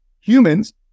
humans